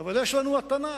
אבל יש לנו התנ"ך,